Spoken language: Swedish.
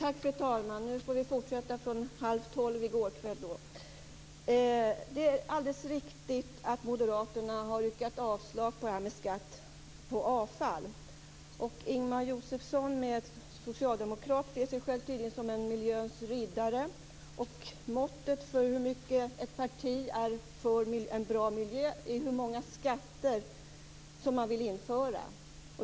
Fru talman! Nu får vi fortsätta diskussionen från halv tolv i går kväll. Det är alldeles riktigt att moderaterna har yrkat avslag på skatt på avfall. Ingemar Josefsson ser tydligen sig själv som miljöns riddare. Måttet för hur mycket ett parti är för en bra miljö är hur många skatter som man vill införa.